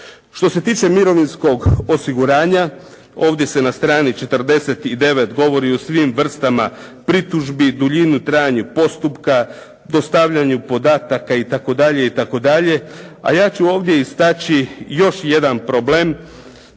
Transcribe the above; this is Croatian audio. Što se tiče mirovinskog osiguranja, ovdje se na strani 49. govori o svim vrstama pritužbi, duljini i trajanju postupka, dostavljanju podataka itd. itd. a ja ću ovdje istaći još jedan problem.